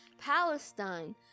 Palestine